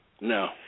no